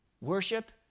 Worship